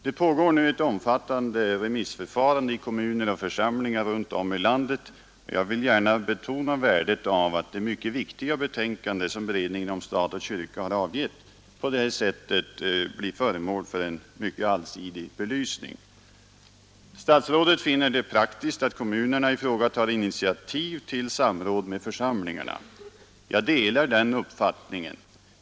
Det pågår ett omfattande remissförfarande i kommuner och församlingar runt om i landet, och jag vill gärna betona värdet av att det mycket viktiga betänkande som beredningen om stat och kyrka avgett blir föremål för en allsidig belysning på det sättet. Statsrådet finner det praktiskt att kommunerna i fråga tar initiativ till samråd med församlingarna. Jag delar den uppfattningen.